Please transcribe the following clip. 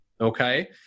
okay